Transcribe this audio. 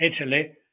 Italy